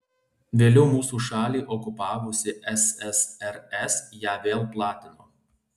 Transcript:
vėliau mūsų šalį okupavusi ssrs ją vėl platino